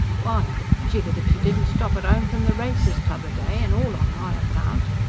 why, i'm jiggered if she didn't stop at ome from the races t'other day, an' all on my account!